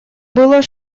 было